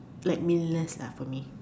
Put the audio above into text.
like meaningless lah for me